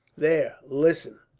there, listen!